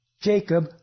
Jacob